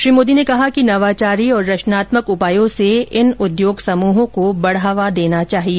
श्री मोदी ने कहा कि नवाचारी और रचनात्मक उपायों से इन उद्योग समूहों को बढ़ावा देना चाहिए